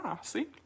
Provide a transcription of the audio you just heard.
see